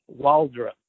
Waldrop